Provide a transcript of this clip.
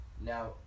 Now